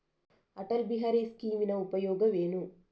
ಅಟಲ್ ಬಿಹಾರಿ ಸ್ಕೀಮಿನ ಉಪಯೋಗವೇನು?